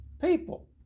people